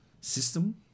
system